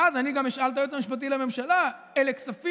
ואז אני גם אשאל את היועץ המשפטי לממשלה: אלה כספים,